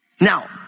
Now